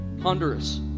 Honduras